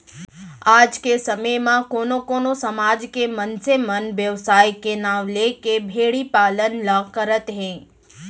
आज के समे म कोनो कोनो समाज के मनसे मन बेवसाय के नांव लेके भेड़ी पालन ल करत हें